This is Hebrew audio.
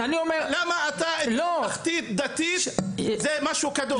למה הממלכתי-דתי זה משהו קדוש?